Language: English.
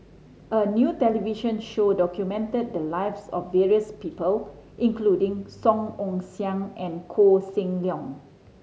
a new television show documented the lives of various people including Song Ong Siang and Koh Seng Leong